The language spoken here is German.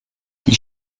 die